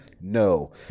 no